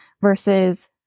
versus